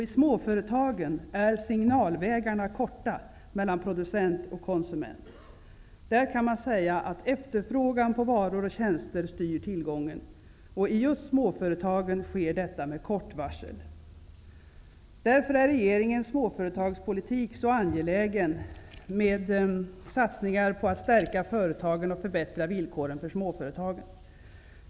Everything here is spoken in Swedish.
I småföretagen är signalvägarna korta mellan producent och konsument. Där kan man säga att efterfrågan på varor och tjänster styr tillgången. I just småföretagen sker detta med kort varsel. Därför är regeringens småföretagspolitik så angelägen, med satsningar på att stärka företagen och att förbättra villkoren för småföretagen.